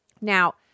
now